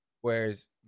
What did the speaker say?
Whereas